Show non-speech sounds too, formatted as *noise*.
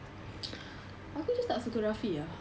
*noise* aku just tak suka rafi ah